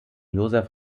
josef